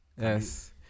Yes